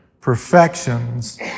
perfections